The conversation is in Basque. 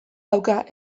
dauka